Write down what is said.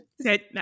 okay